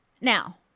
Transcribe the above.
Now